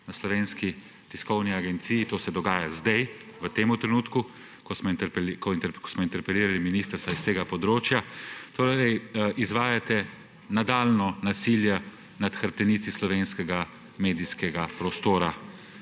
na Slovenski tiskovni agenciji, to se dogaja zdaj, v tem trenutku, ko smo interpelirali ministra s tega področja. Torej izvajate nadaljnje nasilje nad hrbtenico slovenskega medijskega prostora.